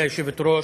גברתי היושבת-ראש,